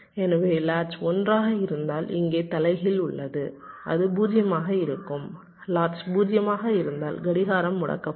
எனவே லாட்ச் 1 ஆக இருந்தால் இங்கே தலைகீழ் உள்ளது அது 0 ஆக இருக்கும் லாட்ச் 0 ஆக இருந்தால் கடிகாரம் முடக்கப்படும்